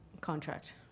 contract